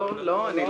לא, לא אמרתי.